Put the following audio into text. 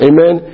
Amen